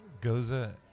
Goza